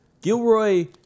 Gilroy